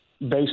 Based